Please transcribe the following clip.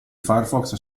firefox